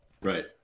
Right